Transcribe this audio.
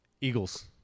Eagles